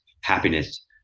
happiness